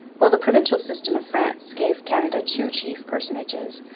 while the provincial system of france gave canada two chief personages,